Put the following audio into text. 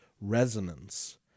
resonance